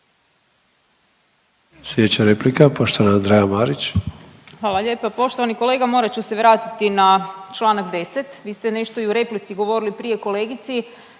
Sljedeća replika poštovana Andreja Marić. **Marić, Andreja (SDP)** Hvala lijepa. Poštovani kolega morat ću se vratiti na čl. 10. vi ste nešto i u replici govorili prije kolegici